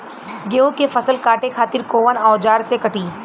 गेहूं के फसल काटे खातिर कोवन औजार से कटी?